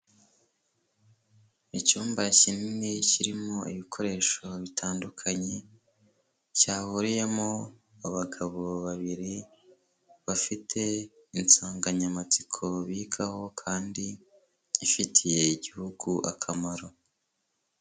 Icyumba kinini, kirimo ibikoresho bitandukanye, cyahuriyemo abagabo babiri, bafite insanganyamatsiko bigaho kandi ifitiye igihugu akamaro.